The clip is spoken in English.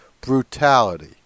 Brutality